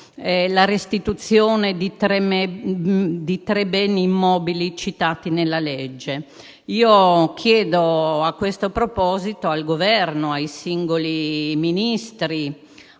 la restituzione di tre beni immobili citati nella legge. Chiedo a questo proposito al Governo, ai singoli Ministri,